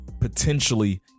potentially